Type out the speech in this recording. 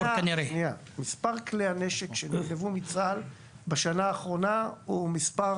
מספר כלי הנשק שנגנבו מצה"ל בשנה האחרונה הוא מספר